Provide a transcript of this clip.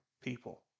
people